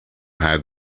had